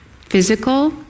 physical